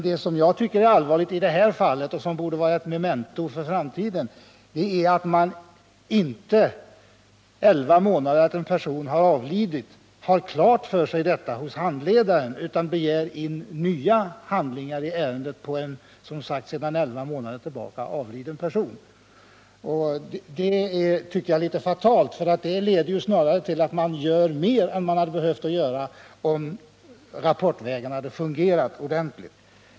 Det som jag tycker är allvarligt i detta fall, och som borde vara ett memento för framtiden, är att man inte elva månader efter att en person har avlidit har fått detta klart för sig hos handläggaren utan att man fortfarande begär in nya handlingar. Detta tycker jag är en smula fatalt. Det leder till att man gör mer än man hade behövt göra om rapportvägarna fungerat ordentligt.